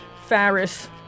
Farris